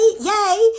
Yay